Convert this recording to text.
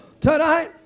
Tonight